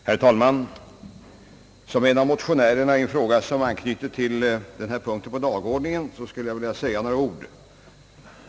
Herr talman! Som en av motionärerna i en fråga som anknyter till denna punkt på dagordningen . vill jag säga några ord.